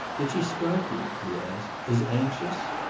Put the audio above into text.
did she strike you, he asked, as anxious?